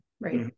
right